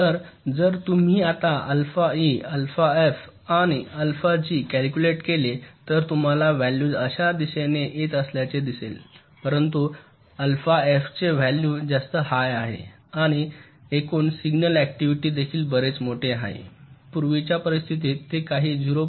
तर जर तुम्ही आत्ता अल्फा ई अल्फा एफ आणि अल्फा जी कॅल्कुलेट केले तर तुम्हाला व्हॅल्यूज अशा दिशेने येत असल्याचे दिसेल परंतु अल्फा एफचे व्हॅल्यू जास्त हाय आहे आणि एकूण सिग्नल ऍक्टिव्हिटी देखील बरेच मोठे आहे पूर्वीच्या परिस्थितीत ते काही 0